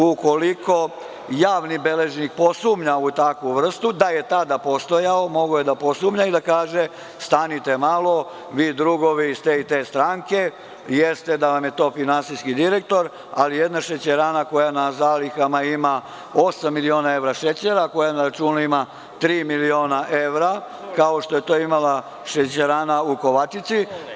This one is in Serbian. Ukoliko javni beležnik posumnja u takvu vrstu, da je tada postojao mogao je da posumnja i da kaže – stanite malo vi drugovi iz te i te stranke, jeste da vam je to finansijski direktor, ali jedna šećerana koja na zalihama ima osam miliona evra šećera, koja na računu ima tri miliona evra, kao što je to imala šećerana u Kovačici.